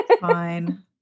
Fine